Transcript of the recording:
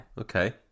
Okay